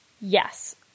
Yes